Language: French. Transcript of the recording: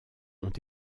ont